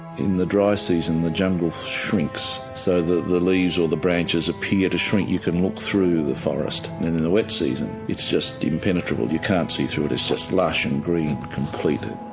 in the dry season the jungle shrinks so that the leaves or the branches appear to shrink, you can look through the forest. in in the wet season it's just impenetrable, you can't see through it, it's just lush and green completely.